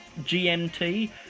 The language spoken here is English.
GMT